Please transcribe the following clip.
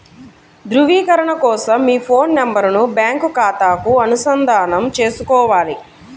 ధ్రువీకరణ కోసం మీ ఫోన్ నెంబరును బ్యాంకు ఖాతాకు అనుసంధానం చేసుకోవాలి